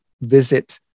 visit